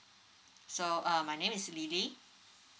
so uh my name is lily